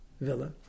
villa